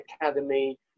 academy